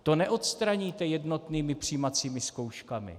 To neodstraníte jednotnými přijímacími zkouškami.